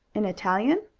an italian?